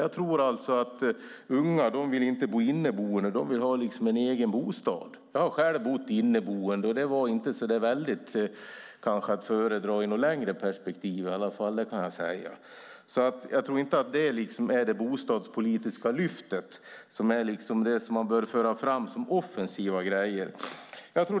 Jag tror att unga inte vill vara inneboende; de vill ha en egen bostad. Jag har själv varit inneboende, och det var inte att föredra i något längre perspektiv i alla fall, kan jag säga. Jag tror inte att det är det bostadspolitiska lyftet, det som man bör föra fram som en offensiv grej.